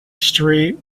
street